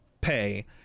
pay